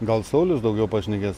gal saulius daugiau pašnekės